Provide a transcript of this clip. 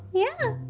yeah.